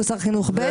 הוא שר חינוך ב',